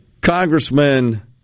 Congressman